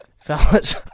Fellas